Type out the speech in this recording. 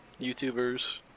YouTubers